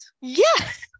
yes